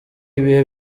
ibihe